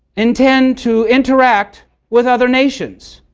intend to interact with other nations?